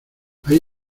hay